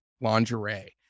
lingerie